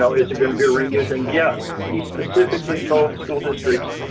so is it going to be a renewed thing? yes. he specifically told school districts,